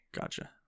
Gotcha